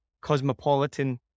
cosmopolitan